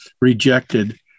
rejected